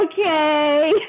Okay